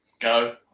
Go